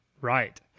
right